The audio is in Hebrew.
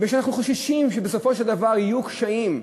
מפני שאנחנו חוששים שבסופו של דבר יהיו קשיים,